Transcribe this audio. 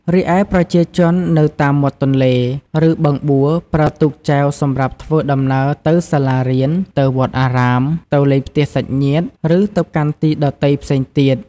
រីឯប្រជាជននៅតាមមាត់ទន្លេ ឬបឹងបួប្រើទូកចែវសម្រាប់ធ្វើដំណើរទៅសាលារៀន ទៅវត្តអារាម ទៅលេងផ្ទះសាច់ញាតិ ឬទៅកាន់ទីដទៃផ្សេងទៀត។